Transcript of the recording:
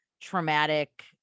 traumatic